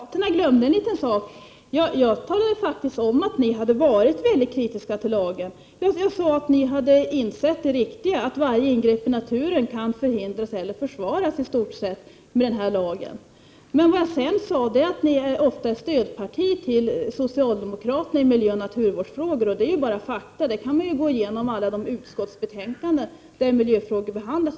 Herr talman! Moderaterna har glömt en sak. Jag sade faktiskt att ni varit väldigt kritiska till lagen. Jag sade ju att ni insett det riktiga med att varje ingreppi naturen i stort sett kan förhindras eller försvaras med den här lagen. Men sedan sade jag också att ni ofta är ett stödparti till socialdemokraterna i miljöoch naturvårdsfrågor. Det är ett faktum, och det framgår om man studerar alla de utskottsbetänkanden där miljöfrågor behandlas.